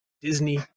Disney